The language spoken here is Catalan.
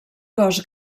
cos